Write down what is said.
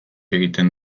egiten